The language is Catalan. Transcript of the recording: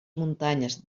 muntanyes